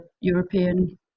European